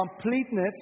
completeness